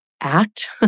Act